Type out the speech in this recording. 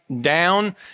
down